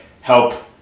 help